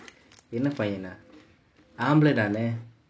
சின்ன பையனா ஆம்பளைடா நானு:chinna paiyanaa aambalaidaa naanu